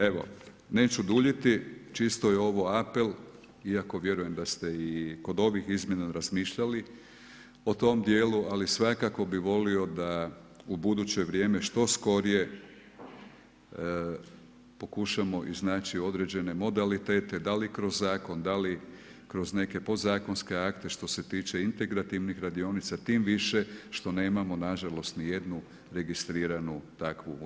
Evo, neću duljiti čisto je ovo apel iako vjerujem da ste i kod ovih izmjena razmišljali o tom djelu, ali svakako bi volio da u buduće vrijeme što skorije pokušamo iznaći određene modalitet, da li kroz zakon, da kroz neke podzakonske akte što se tiče integrativnih radionica, tim više što nemamo nažalost ni jednu registriranu takvu u RH.